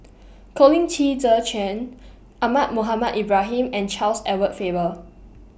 Colin Qi Zhe Quan Ahmad Mohamed Ibrahim and Charles Edward Faber